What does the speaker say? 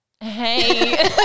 hey